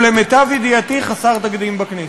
ולמיטב ידיעתי חסר תקדים בכנסת.